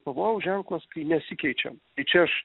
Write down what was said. pavojaus ženklas kai nesikeičiam tai čia aš